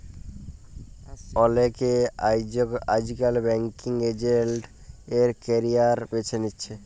অলেকে আইজকাল banking agent এর ক্যারিয়ার বাছে লিছে